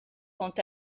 quant